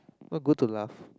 not good to laugh